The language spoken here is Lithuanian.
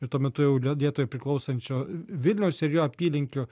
ir tuo metu jau lie lietuvai priklausančio vilniaus ir jo apylinkių